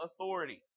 authority